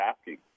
asking